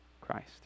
Christ